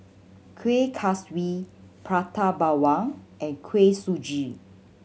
Kueh Kaswi Prata Bawang and Kuih Suji